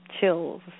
chills